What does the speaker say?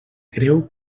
greu